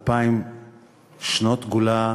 2,000 שנות גולה,